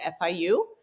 FIU